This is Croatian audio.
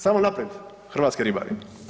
Samo naprijed hrvatski ribari.